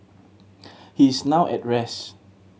he is now at rest